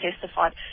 testified